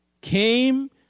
came